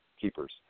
keepers